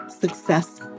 success